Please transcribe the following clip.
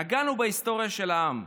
נגענו בהיסטוריה של העם.